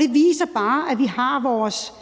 det viser bare, at vi har hver vores